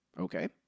Okay